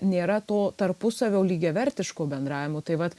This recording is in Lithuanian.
nėra to tarpusavio lygiavertiško bendravimo tai vat